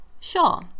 Sure